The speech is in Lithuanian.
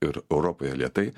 ir europoje lėtai